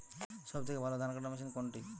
সবথেকে ভালো ধানকাটা মেশিন কোনটি?